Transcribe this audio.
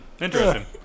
interesting